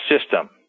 system